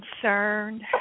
concerned